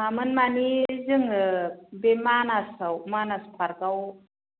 मामोन मानि जोङो बे मानासाव मानास पार्कआव